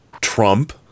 Trump